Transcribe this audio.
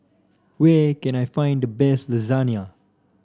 where can I find the best Lasagna